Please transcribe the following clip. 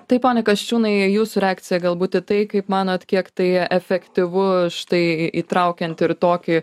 tai pone kasčiūnai jūsų reakcija galbūt į tai kaip manot kiek tai efektyvu štai į įtraukiant ir tokį